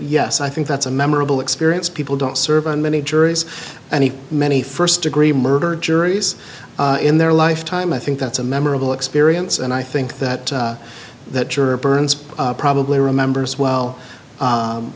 yes i think that's a memorable experience people don't serve on many juries and many first degree murder juries in their lifetime i think that's a memorable experience and i think that that juror burns probably remembers well